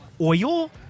oil